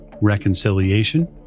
reconciliation